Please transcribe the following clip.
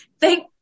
thank